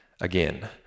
again